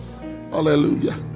Hallelujah